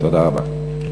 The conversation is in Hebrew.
תודה רבה.